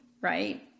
right